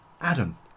Adam